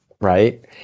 right